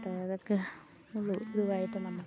അതൊക്കെ ഉള്ളൂ ഇതുമായിട്ട് നമുക്ക്